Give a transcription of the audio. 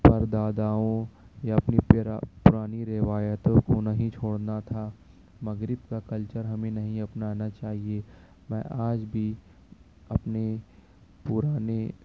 پرداداؤں يا اپنى پرا پرانى روايتوں کو نہیں چھوڑنا تھا مغرب کا کلچر ہمیں نہیں اپنانا چاہیے میں آج بھی اپنے پرانے